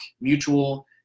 mutual